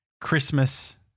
Christmas